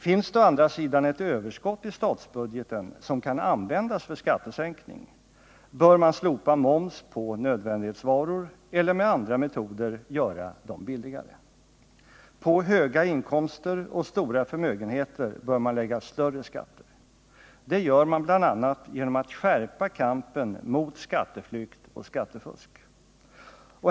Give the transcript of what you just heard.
Finns det å andra sidan ett överskott i statsbudgeten som kan användas för skattesänkning, bör man slopa moms på nödvändighetsvaror eller med andra metoder göra dem billigare. På höga inkomster och stora förmögenheter bör man lägga större skatter. Det gör man bl.a. genom att skärpa kampen mot skatteflykt och skattefusk.